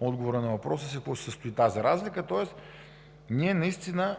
отговора на въпроса в какво се състои тя, тоест ние наистина